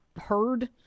heard